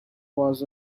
was